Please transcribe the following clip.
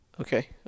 Okay